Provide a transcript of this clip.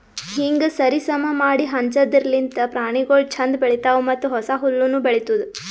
ಹೀಂಗ್ ಸರಿ ಸಮಾ ಮಾಡಿ ಹಂಚದಿರ್ಲಿಂತ್ ಪ್ರಾಣಿಗೊಳ್ ಛಂದ್ ಬೆಳಿತಾವ್ ಮತ್ತ ಹೊಸ ಹುಲ್ಲುನು ಬೆಳಿತ್ತುದ್